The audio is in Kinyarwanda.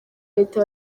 leta